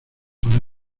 ahora